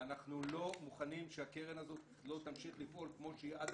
ואנחנו לא מוכנים שהקרן הזאת לא תמשיך לפעול כמו שהיא עד